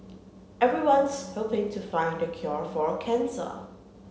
everyone's hoping to find the cure for cancer